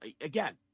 again